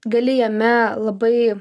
gali jame labai